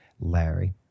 Larry